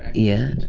yeah, and